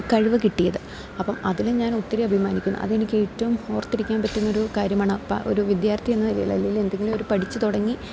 കഴിവ് കിട്ടിയത് അപ്പം അതിൽ ഞാൻ ഒത്തിരി അഭിമാനിക്കുന്നു അത് എനിക്ക് ഏറ്റവും ഓർത്തിരിക്കാൻ പറ്റുന്ന ഒരു കാര്യമാണ് അപ്പം ഒരു വിദ്യാർത്ഥി എന്ന നിലയില് അല്ലേല് എന്തെങ്കിലും ഒരു പഠിച്ച് തുടങ്ങി